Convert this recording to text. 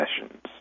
sessions